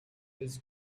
his